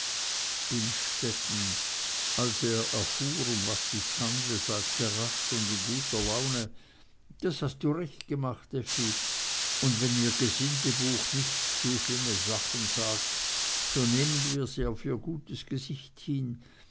innstetten als er erfuhr um was sich's handle sagte rasch und in guter laune das hast du recht gemacht effi und wenn ihr gesindebuch nicht zu schlimme sachen sagt so nehmen wir sie auf ihr gutes gesicht hin